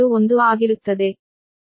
21 ಆಗಿರುತ್ತದೆ